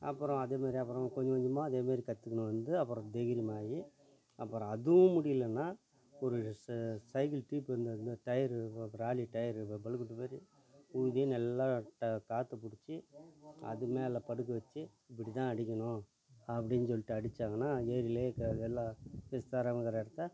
அப்புறம் அதேமாதிரி அப்புறம் கொஞ்சம் கொஞ்சமாக அதேமாதிரி கற்றுகின்னு வந்து அப்புறம் தைரியமாகி அப்புறம் அதுவும் முடியலைன்னா ஒரு ச சைக்கிள் ட்யூப்பு இந்த இந்த டயரு ராலி டயர் இருக்கும் ஊதி நல்லா ட காற்று பிடுச்சி அதுமேலே படுக்க வெச்சு இப்படி தான் அடிக்கணும் அப்படின்னு சொல்லிட்டு அடிச்சாங்கன்னால் ஏரிலேயே பிஸ்தாராவுங்கிற இடத்த